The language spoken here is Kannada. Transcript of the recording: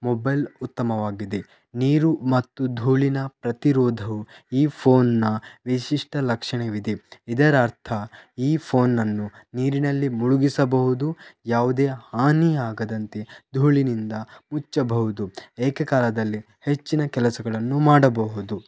ಮೊಬೈಲ್ ಉತ್ತಮವಾಗಿದೆ ನೀರು ಮತ್ತು ಧೂಳಿನ ಪ್ರತಿರೋಧವು ಈ ಫೋನ್ನ ವಿಶಿಷ್ಟ ಲಕ್ಷಣವಿದೆ ಇದರ ಅರ್ಥ ಈ ಫೋನನ್ನು ನೀರಿನಲ್ಲಿ ಮುಳುಗಿಸಬಹುದು ಯಾವುದೇ ಹಾನಿಯಾಗದಂತೆ ಧೂಳಿನಿಂದ ಮುಚ್ಚಬಹುದು ಏಕಕಾಲದಲ್ಲಿ ಹೆಚ್ಚಿನ ಕೆಲಸಗಳನ್ನು ಮಾಡಬಹುದು